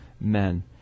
men